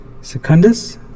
Secundus